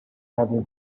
heather